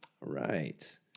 Right